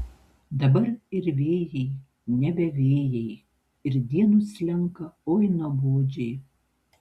dabar ir vėjai nebe vėjai ir dienos slenka oi nuobodžiai